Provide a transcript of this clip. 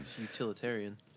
Utilitarian